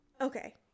Okay